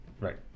Right